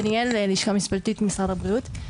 דניאל מהלשכה המשפטית במשרד הבריאות.